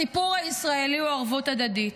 הסיפור הישראלי הוא ערבות הדדית.